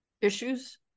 issues